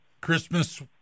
Christmas